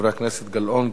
חברי הכנסת זהבה גלאון,